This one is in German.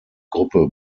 gruppe